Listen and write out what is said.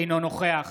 אינו נוכח